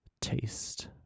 taste